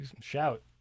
Shout